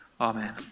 Amen